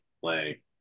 play